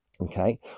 okay